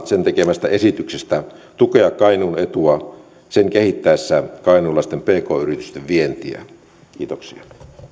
sen tekemästä esityksestä tukea kainuun etua sen kehittäessä kainuulaisten pk yritysten vientiä kiitoksia